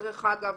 דרך אגב,